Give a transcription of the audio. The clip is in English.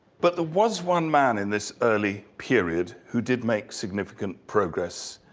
but there was one man in this early period who did make significant progress,